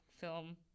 film